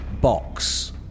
Box